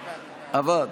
עבד.